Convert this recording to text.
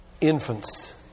Infants